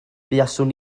buaswn